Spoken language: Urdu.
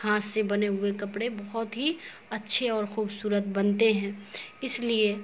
ہاتھ سے بنے ہوئے کپڑے بہت ہی اچھے اور خوبصورت بنتے ہیں اس لیے